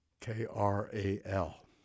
K-R-A-L